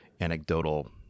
anecdotal